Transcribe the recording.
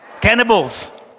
Cannibals